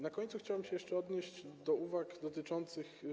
Na końcu chciałbym się jeszcze odnieść do uwag dotyczących.